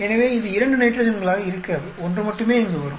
எனவே இது இரண்டு நைட்ரஜன்களாக இருக்காது ஒன்று மட்டுமே இங்கு வரும்